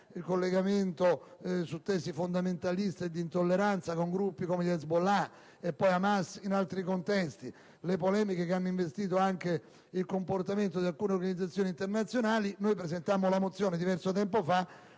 il collegamento di tesi fondamentaliste e di intolleranza con gruppi come Hezbollah e poi Hamas in altri contesti; le polemiche che hanno investito anche il comportamento di alcune Organizzazioni internazionali. Noi presentammo la mozione diverso tempo fa: